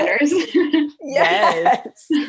Yes